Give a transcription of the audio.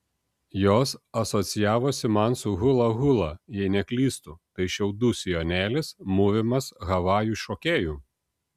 jos asocijavosi man su hula hula jei neklystu tai šiaudų sijonėlis mūvimas havajų šokėjų